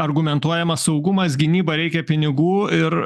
argumentuojamas saugumas gynyba reikia pinigų ir